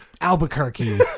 Albuquerque